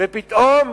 ופתאום,